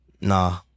Nah